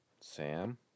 Sam